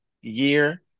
year